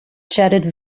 jetted